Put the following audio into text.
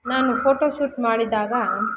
ನಾನು ಫೋಟೋಶೂಟ್ ಮಾಡಿದಾಗ